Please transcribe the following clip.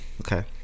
Okay